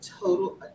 total